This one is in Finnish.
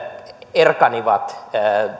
erkanivat